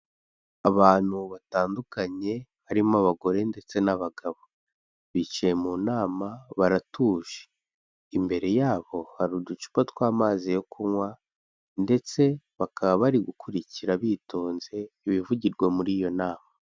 Abantu batandukanye harimo abagore ndetse n'abagabo, bicaye mu nama baratuje, imbere yabo hari uducupa tw'amazi yo kunywa ndetse bakaba bari gukurikira bitonze ibivugirwa muri iyo nama.